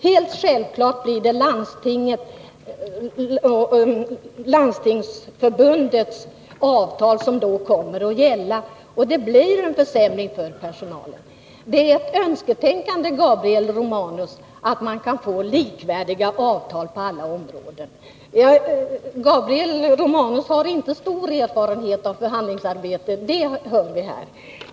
Helt självklart blir det Landstingsförbundets avtal som kommer att gälla, och det blir en försämring för personalen. Det är ett önsketänkande, Gabriel Romanus, att man skulle kunna få likvärdiga avtal på alla områden. Gabriel Romanus har inte stor erfarenhet av förhandlingsarbete, det hör vi här.